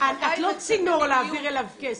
את לא צינור להעביר אליו כסף.